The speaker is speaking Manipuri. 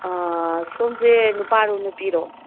ꯑꯥ ꯁꯣꯝꯁꯦ ꯅꯨꯄꯥꯔꯣ ꯅꯨꯄꯤꯔꯣ